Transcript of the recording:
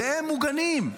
והם מוגנים.